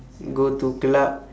go to club